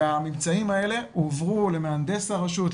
והממצאים האלה הועברו למהנדס הרשות\,